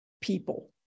people